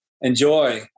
Enjoy